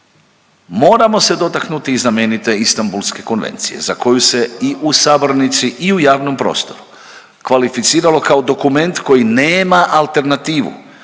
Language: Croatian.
moramo se dotaknuti i znamenite Istambulske konvencije za koju se i u sabornici i u javnom prostoru, kvalificiralo kao dokument koji nema alternativu